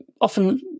often